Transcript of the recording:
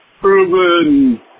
proven